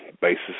basis